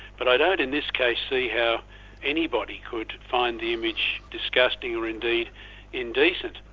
but i don't in this case see how anybody could find the image disgusting or indeed indecent.